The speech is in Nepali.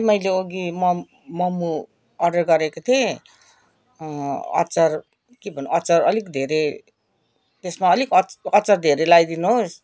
भाइ मैले अघि मम मम अर्डर गरेको थिएँ अचार के भन्नु अचार अलिक धेरै त्यसमा अलिक अच् अचार धेरै लगाइदिनु होस्